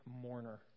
mourner